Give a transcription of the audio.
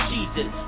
Jesus